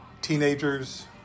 teenagers